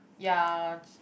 ya